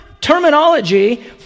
terminology